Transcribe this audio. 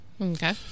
Okay